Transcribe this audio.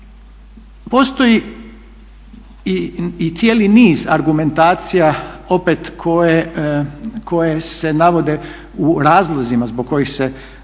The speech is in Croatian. Postoji i cijeli niz argumentacija opet koje se navode u razlozima zbog kojih se zakon